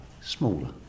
Smaller